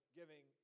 giving